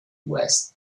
west